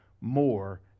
more